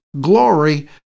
glory